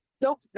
No